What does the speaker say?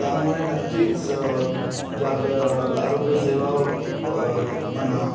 तर त्यामुळे नक्कीच जे आपल्या आरोग्य सेवा म्हणा